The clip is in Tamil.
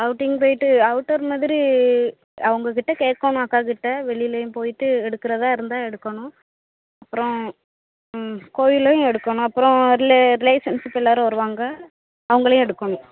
அவுட்டிங் போய்ட்டு அவுட்டர் மாதிரி அவங்கக்கிட்ட கேட்கணும் அக்காக்கிட்டே வெளியிலேயும் போய்ட்டு எடுக்கிறதா இருந்தால் எடுக்கணும் அப்பறம் ம் கோயில்லேயும் எடுக்கணும் அப்பறம் ரிலேஷன்ஷிப்பு எல்லோரும் வருவாங்க அவங்களையும் எடுக்கணும்